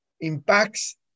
impacts